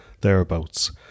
thereabouts